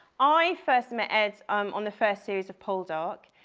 i first met ed um on the first series of poldark.